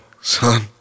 son